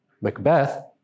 Macbeth